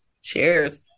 Cheers